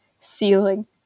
ceiling